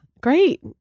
Great